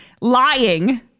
Lying